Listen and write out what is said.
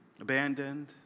abandoned